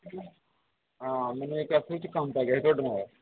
ਹਾਂ ਮੈਨੂੰ ਇੱਕ 'ਚ ਕੰਮ ਪੈ ਗਿਆ ਸੀ ਤੁਹਾਡੇ ਨਾਲ